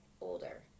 older